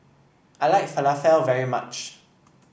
I like falafel very much